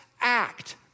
act